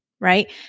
right